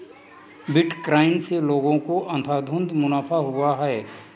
bitcoin से लोगों को अंधाधुन मुनाफा हुआ है